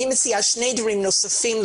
אני מציעה שני דברים נוספים.